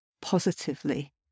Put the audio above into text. positively